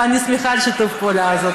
ואני שמחה על שיתוף הפעולה הזה.